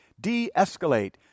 de-escalate